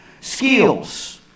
Skills